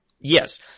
yes